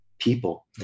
people